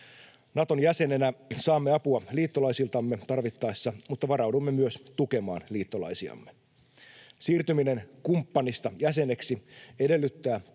Naton jäsenenä saamme apua liittolaisiltamme tarvittaessa, mutta varaudumme myös tukemaan liittolaisiamme. Siirtyminen kumppanista jäseneksi edellyttää